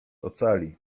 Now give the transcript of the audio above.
ocali